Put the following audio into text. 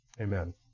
amen